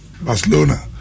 Barcelona